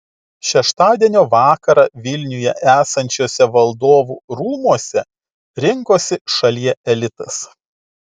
šeštadienio vakarą vilniuje esančiuose valdovų rūmuose rinkosi šalie elitas